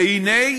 והנה,